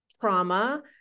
trauma